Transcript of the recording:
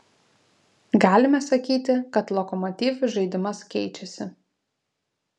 galime sakyti kad lokomotiv žaidimas keičiasi